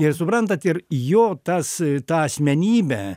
oho o ir suprantate ir jo tas ta asmenybė